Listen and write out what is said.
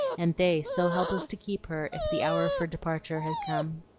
and they so helpless to keep her if the hour for departure had come.